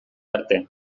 arte